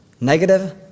Negative